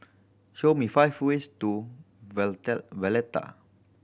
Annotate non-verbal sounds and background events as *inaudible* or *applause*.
show me five ways to *unintelligible* Valletta